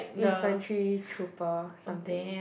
infantry trooper something